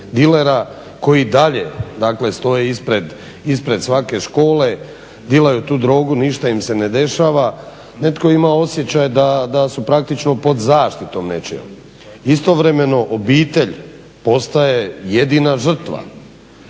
koji dalje dakle stoje ispred svake škole, dilaju tu drogu, ništa im se ne dešava, netko ima osjećaj da su praktično pod zaštitom nečijom. Istovremeno obitelj postaje jedina žrtva,